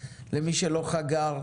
למי שלא חגר.